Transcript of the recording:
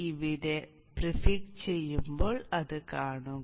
ഇവിടെ ഇത് പ്രിഫിക്സ് ചെയ്യുമ്പോൾ അത് കാണുക